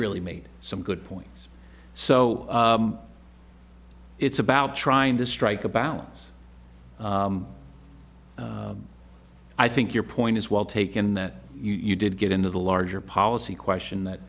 really made some good points so it's about trying to strike a balance i think your point is well taken that you did get into the larger policy question that